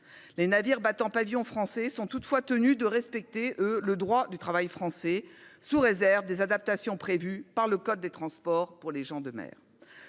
les navires battant pavillon français sont tenus, eux, de respecter le droit du travail français, sous réserve des adaptations prévues par le code des transports pour les gens de mer.